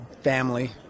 family